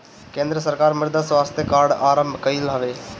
केंद्र सरकार मृदा स्वास्थ्य कार्ड आरंभ कईले हवे